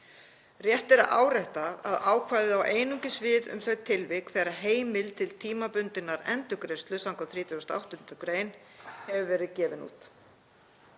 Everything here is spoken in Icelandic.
Rétt er að árétta að ákvæðið á einungis við um þau tilvik þegar heimild til tímabundinnar endurgreiðslu skv. 38. gr. hefur verið gefin út.